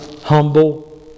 humble